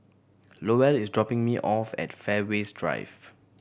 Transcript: Lowell is dropping me off at Fairways Drive